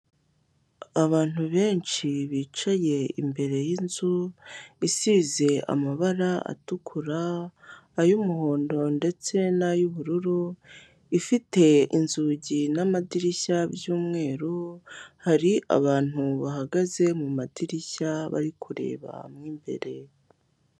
Abantu benshi bicaye imbere y'inzu isize amabara atukura, ay'umuhondo ndetse n'ay'ubururu ifite inzugi n'amadirishya by'umweru hari abantu bahagaze mu madirishya bari kureba mo imbere.